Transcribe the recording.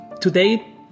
Today